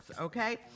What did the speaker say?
okay